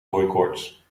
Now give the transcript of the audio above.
hooikoorts